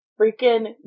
freaking